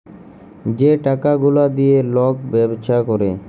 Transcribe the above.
যে টাকা গুলা দিঁয়ে লক ব্যবছা ক্যরে